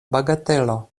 bagatelo